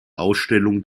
ausstellung